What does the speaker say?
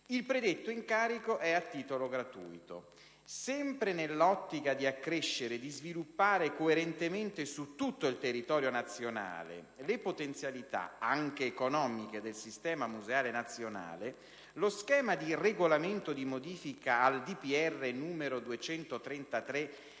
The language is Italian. Il predetto incarico è a titolo gratuito. Sempre nell'ottica di accrescere e di sviluppare coerentemente su tutto il territorio nazionale le potenzialità, anche economiche, del sistema museale nazionale, lo schema di regolamento di modifica al decreto del